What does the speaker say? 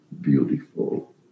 beautiful